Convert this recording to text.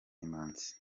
imanzi